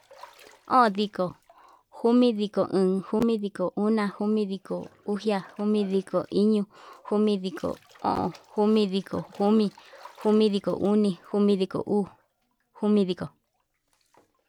O'on ndiko, komidiko komi, komidiko una, komidiko uxia, komidiko iño, jomidiko o'on, komidiko komi, komidiko oni, komidiko uu, komidiko.